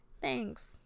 Thanks